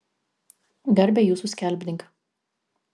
garbę jūsų skelbdink